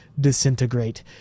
disintegrate